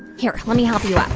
here, let me help you